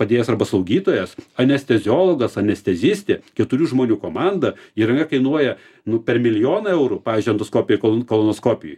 padėjėjas arba slaugytojas anesteziologas anestezistė keturių žmonių komanda įranga kainuoja nu per milijoną eurų pavyzdžiui endoskopijoj kol kolonoskopijoj